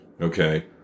okay